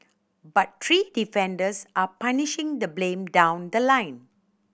but three defendants are punishing the blame down the line